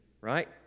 right